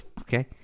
Okay